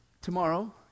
tomorrow